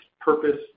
purpose